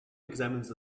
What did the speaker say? examines